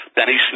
Benny